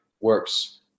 works